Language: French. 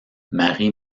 marie